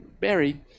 buried